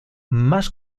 más